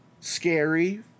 scary